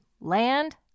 Land